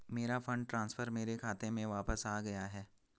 मेरा fund transfer मेरे खाते में वापस आ गया है